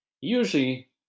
Usually